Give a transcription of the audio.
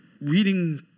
reading